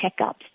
checkups